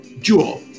Jewel